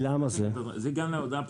זה גם להודעה פשוטה?